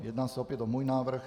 Jedná se opět o můj návrh.